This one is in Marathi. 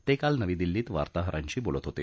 ते काल नवी दिल्ली इथं वार्ताहरांशी बोलत होते